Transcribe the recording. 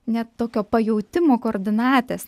net tokio pajautimo koordinatės